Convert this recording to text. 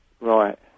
Right